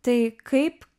tai kaip